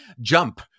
jump